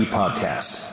podcast